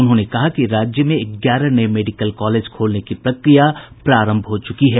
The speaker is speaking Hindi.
उन्होंने कहा कि राज्य में ग्यारह नए मेडिकल कॉलेज खोलने की प्रक्रिया प्रारंभ हो चुकी है